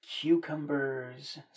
cucumbers